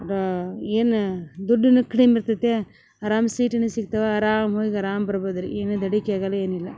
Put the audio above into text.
ಏನು ದುಡ್ಡಿನು ಕಡಿಮೆ ಇರ್ತೈತೆ ಅರಾಮ ಸೀಟಿನು ಸಿಗ್ತವೆ ಅರಾಮು ಹೋಗಿ ಆರಾಮ ಬರ್ಬೋದು ರೀ ಏನು ದಡಿಕೆ ಆಗಲ್ಲಾ ಏನಿಲ್ಲಾ